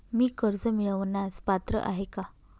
मी कर्ज मिळवण्यास पात्र आहे का?